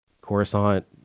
Coruscant